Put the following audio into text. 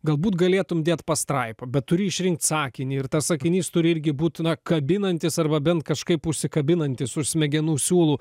galbūt galėtum dėt pastraipą bet turi išrinkt sakinį ir tas sakinys turi irgi būt na kabinantis arba bent kažkaip užsikabinantys už smegenų siūlų